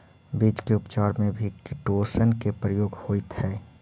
बीज के उपचार में भी किटोशन के प्रयोग होइत हई